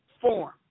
form